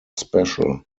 special